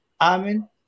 Amen